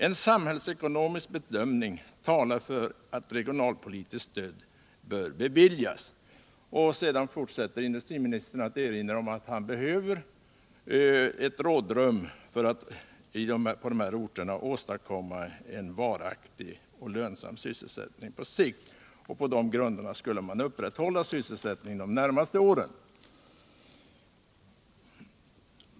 —--- En samhällsekoncmisk bedömning talar för att regionalpolitiskt stöd bör beviljas ” Sedan fortsätter industriministern med att erinra om att han behöver ctt rådrum för att på de här orterna åstadkomma en varaktig och lönsam sysselsättning på sikt. På de grunderna skulle man upprätthålla sysselsättningen de närmaste åren.